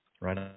right